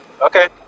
Okay